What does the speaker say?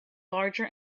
larger